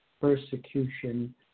persecution